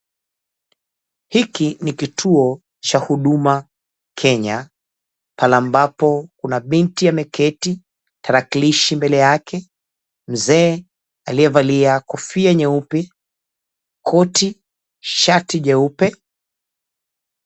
Hiki ni kituo cha Huduma Kenya, pale ambapo kuna binti ameketi, tarakilishi mbele yake, mzee aliyevalia kofia nyeupe, koti, shati jeupe.